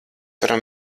varam